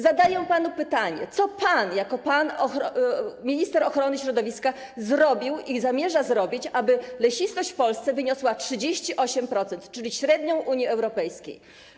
Zadaję panu pytanie: Co pan jako minister ochrony środowiska zrobił i zamierza zrobić, aby lesistość w Polsce wyniosła 38%, czyli średnią w Unii Europejskiej?